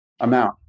amount